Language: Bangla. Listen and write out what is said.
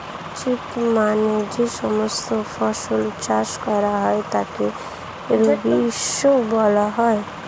চৈত্র মাসে যে সমস্ত ফসল চাষ করা হয় তাকে রবিশস্য বলা হয়